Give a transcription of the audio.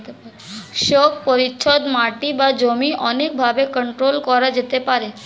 শোক পরিচ্ছদ মাটি বা জমি অনেক ভাবে কন্ট্রোল করা যেতে পারে